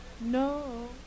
No